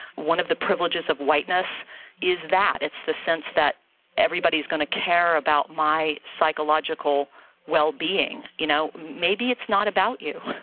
one of the privileges of whiteness is that. it's the sense that everybody's going to care about my psychological well-being. you know, maybe it's not about you.